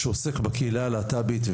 שעוסק בקהילה הלהט"בית,